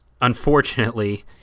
unfortunately